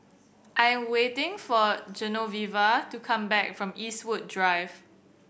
I am waiting for Genoveva to come back from Eastwood Drive